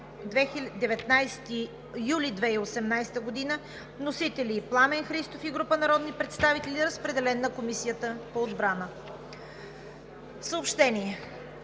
19 юли 2018 г. Вносители: Пламен Христов и група народни представители, разпределен на Комисията по отбрана. Съобщения: